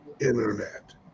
internet